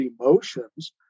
emotions